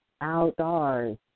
outdoors